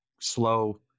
slow